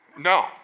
No